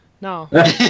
no